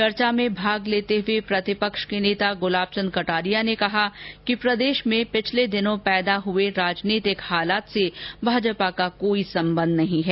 चर्चा में भाग लेते हुए प्रतिपक्ष के नेता गुलाब चंद कटारिया ने कहा कि प्रदेश में पिछले दिनों पैदा हुए राजनीतिक हालात से भाजपा का कोई सम्बन्ध नहीं है